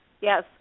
Yes